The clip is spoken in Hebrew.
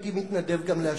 הייתי מתנדב גם להשיב.